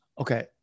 okay